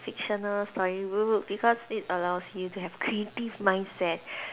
fictional story book because it allows you to have creative mindset